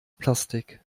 plastik